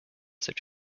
such